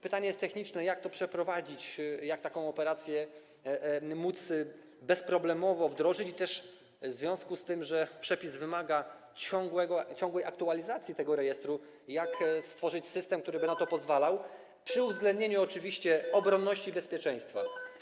Pytanie jest techniczne, jak to przeprowadzić, jak taką operację móc bezproblemowo wdrożyć i w związku z tym, że przepis wymaga ciągłej aktualizacji tego rejestru, jak też stworzyć system, który by na to pozwalał, przy uwzględnieniu oczywiście obronności i bezpieczeństwa.